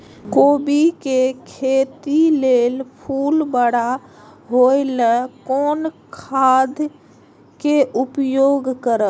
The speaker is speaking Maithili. कोबी के खेती लेल फुल बड़ा होय ल कोन खाद के उपयोग करब?